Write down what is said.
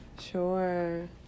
Sure